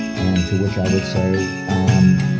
and to which i would say, um